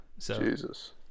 Jesus